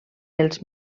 els